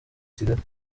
kigali